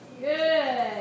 Good